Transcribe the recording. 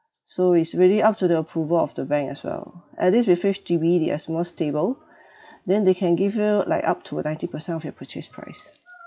so it's really up to the approval of the bank as well at least with H_D_B they are more stable then they can give you like up to uh ninety percent of your purchase price